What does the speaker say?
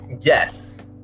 Yes